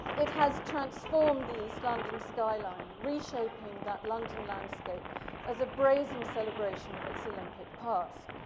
it has transformed the east london skyline, reshaping that london landscape as a brazen celebration of its olympic past.